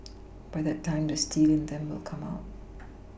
by that time the steel in them will come out